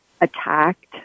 attacked